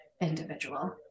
individual